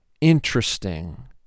interesting